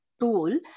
tool